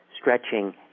stretching